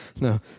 No